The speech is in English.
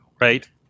Right